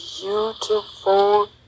beautiful